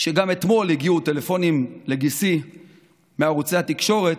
שגם אתמול הגיעו טלפונים לגיסי מערוצי התקשורת: